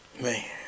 Man